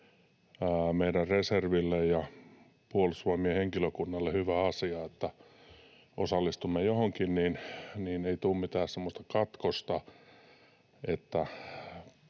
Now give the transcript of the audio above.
meidän reserville ja Puolustusvoimien henkilökunnalle hyvä asia, että kun osallistumme johonkin, niin ei tule mitään semmoista katkosta: meillä